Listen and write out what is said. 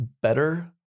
better